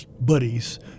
buddies